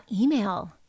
email